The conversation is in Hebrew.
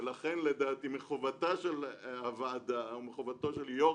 ולכן לדעתי מחובתה של הוועדה ומחובתו של יו"ר